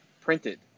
printed